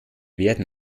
werden